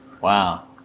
wow